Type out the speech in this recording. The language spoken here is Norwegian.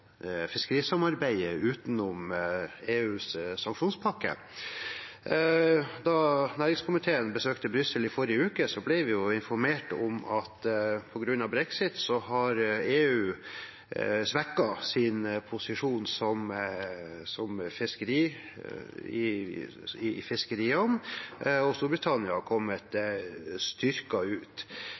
fiskerisamarbeidet utenom EUs sanksjonspakke. Da næringskomiteen besøkte Brussel i forrige uke, ble vi informert om at på grunn av brexit har EU svekket sin posisjon innen fiskeri, og Storbritannia har kommet styrket ut.